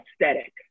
aesthetic